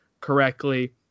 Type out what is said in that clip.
correctly